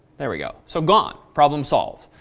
here we go. so gone, problem solved.